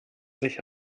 sich